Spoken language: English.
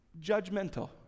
Judgmental